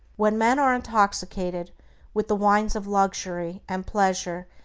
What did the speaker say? when men are intoxicated with the wines of luxury, and pleasure,